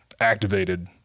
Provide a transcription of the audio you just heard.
activated